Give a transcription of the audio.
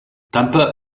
temper